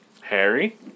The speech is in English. Harry